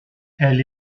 elle